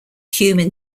human